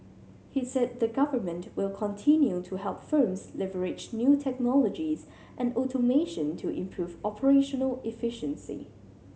he said the government will continue to help firms leverage new technologies and automation to improve operational efficiency